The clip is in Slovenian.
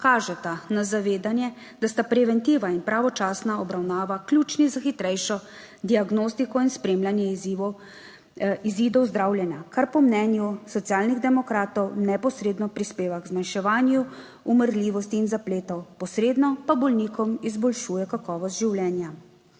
kažeta na zavedanje, da sta preventiva in pravočasna obravnava ključni za hitrejšo diagnostiko in spremljanje izzivov, izidov zdravljenja, kar po mnenju Socialnih demokratov neposredno prispeva k zmanjševanju umrljivosti in zapletov, posredno pa bolnikom izboljšuje kakovost življenja.